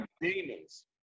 demons